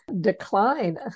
decline